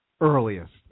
earliest